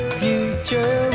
future